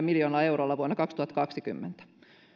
miljoonaa eurolla vuonna kaksituhattakaksikymmentä